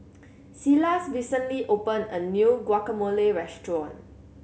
Silas recently opened a new Guacamole Restaurant